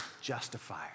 justifier